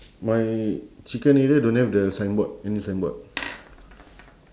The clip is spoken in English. my chicken area don't have the sign board any sign board